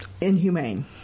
Inhumane